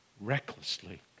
recklessly